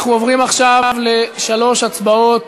אנחנו עוברים עכשיו לשלוש הצבעות